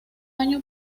año